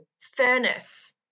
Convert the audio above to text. furnace